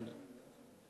אדוני,